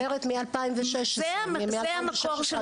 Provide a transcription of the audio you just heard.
אבל את מדברת על העיסוק בזה מאז 2016, מאז ועד